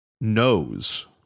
knows